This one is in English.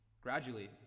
Gradually